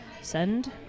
send